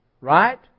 right